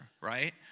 right